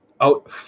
out